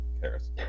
cares